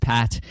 Pat